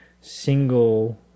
single